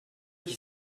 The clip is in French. qui